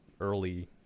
early